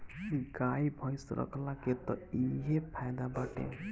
गाई भइस रखला के तअ इहे फायदा बाटे